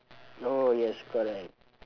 oh yes correct